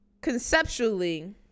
conceptually